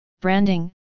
branding